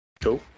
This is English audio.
Cool